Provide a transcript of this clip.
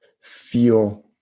feel